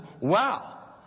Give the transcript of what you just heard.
wow